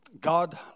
God